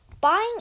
buying